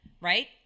right